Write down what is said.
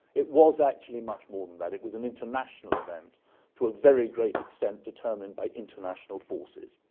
it was actually much more than that. it was an international event to a very great extent, determined by international forces.